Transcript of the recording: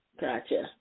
Gotcha